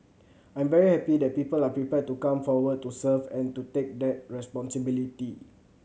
I'm very happy that people are prepared to come forward to serve and to take that responsibility